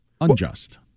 unjust